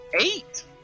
Eight